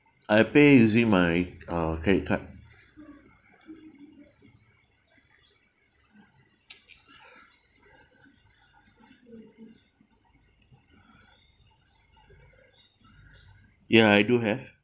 I'll pay using my uh credit card ya I do have